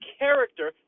character